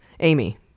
Amy